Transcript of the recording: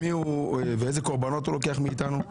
ואיזה קורבנות הוא לוקח מאיתנו.